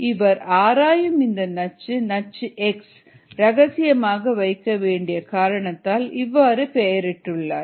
இவர் ஆராயும் இந்த நச்சு நச்சு X ரகசியமாக வைக்க வேண்டிய காரணத்தால் இவ்வாறு பெயரிட்டுள்ளார்